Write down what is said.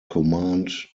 command